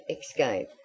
escape